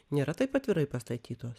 nėra taip atvirai pastatytos